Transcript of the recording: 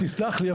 אין בעיה.